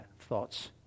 thoughts